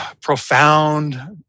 profound